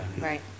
Right